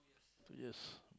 two years